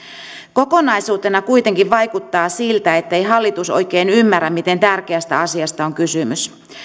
kokonaisuutena kuitenkin vaikuttaa siltä ettei hallitus oikein ymmärrä miten tärkeästä asiasta on kysymys